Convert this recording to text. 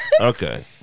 Okay